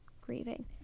grieving